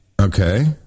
Okay